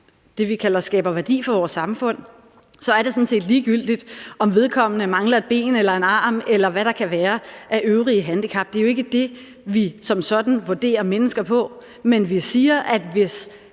det, vi kalder at skabe værdi for vores samfund, så er det sådan set ligegyldigt, om vedkommende mangler et ben eller en arm, eller hvad der kan være af øvrige handicap. Det er jo ikke det, vi som sådan vurderer mennesker på. Men vi siger, at hvis